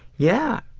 yeah,